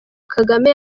kagame